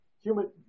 human